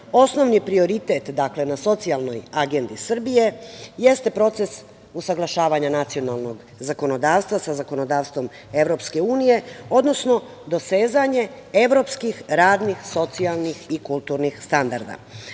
prioritet, dakle, na socijalnoj agendi Srbije jeste proces usaglašavanja nacionalnog zakonodavstva sa zakonodavstvom Evropske unije, odnosno dosezanje evropskih radnih, socijalnih i kulturnih standarda.